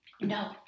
No